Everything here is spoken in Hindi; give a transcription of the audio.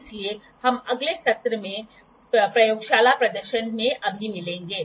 इसलिए हम अगले सत्र में प्रयोगशाला प्रदर्शन में अभी मिलेंगे